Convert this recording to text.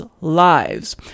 lives